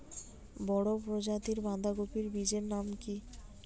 বড় প্রজাতীর বাঁধাকপির বীজের নাম কি?